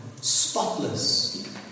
spotless